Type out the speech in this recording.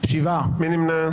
מי נמנע?